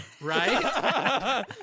right